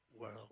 world